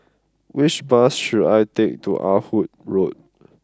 which bus should I take to Ah Hood Road